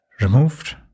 removed